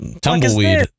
tumbleweed